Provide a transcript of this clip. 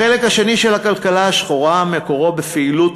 החלק השני של הכלכלה השחורה מקורו בפעילויות